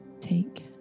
Take